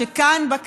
לא נמאס לך?